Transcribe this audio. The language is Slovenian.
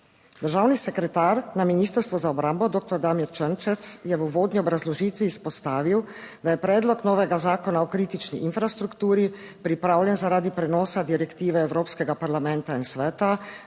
Državni sekretar na Ministrstvu za obrambo doktor Damir Črnčec je v uvodni obrazložitvi izpostavil, da je Predlog novega Zakona o kritični infrastrukturi pripravljen zaradi prenosa direktive Evropskega parlamenta in Sveta